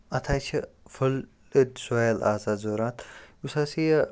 اَتھ حظ چھِ فُلٕڈ سایِل آسان ضوٚرَتھ یُس ہَسا یہِ